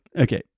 Okay